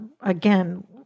again